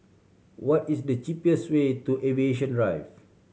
what is the cheapest way to Aviation Drive